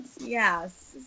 yes